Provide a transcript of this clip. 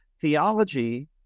Theology